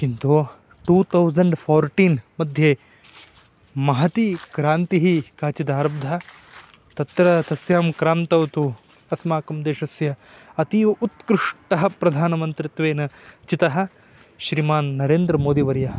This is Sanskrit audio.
किन्तु टु तौसण्ड् फ़ोर्टीन्मध्ये महती क्रान्तिः काचिदारब्धा तत्र तस्यां क्रान्तौ तु अस्माकं देशस्य अतीव उत्कृष्टः प्रधानमन्त्रित्वेन चितः श्रीमान् नरेन्द्रमोदिवर्यः